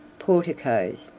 porticos,